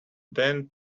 then